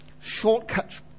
shortcut